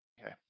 Okay